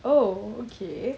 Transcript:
oh okay